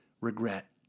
regret